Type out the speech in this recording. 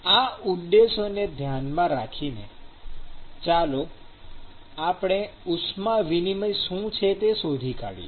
આ ઉદ્દેશોને ધ્યાનમાં રાખીને ચાલો આપણે ઉષ્મા વિનિમય શું છે તે શોધી કાઢીએ